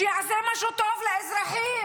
שיעשה משהו טוב לאזרחים.